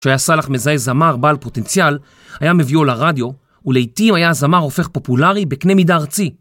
כשהיה סלאח מזהה זמר בעל פוטנציאל, היה מביאו לרדיו, ולעיתים היה הזמר הופך פופולרי בקנה מידה ארצי.